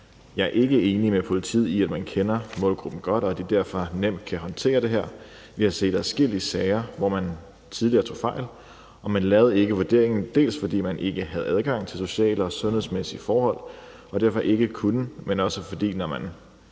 Jeg er ikke enig med politiet i, at man kender målgruppen godt, og at de derfor nemt kan håndtere det her. Vi har set adskillige sager, hvor man tidligere tog fejl, og man lavede ikke vurderingen, fordi man ikke havde adgang til sociale og sundhedsmæssige forhold og derfor ikke kunne, men også fordi politiet,